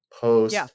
Post